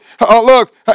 Look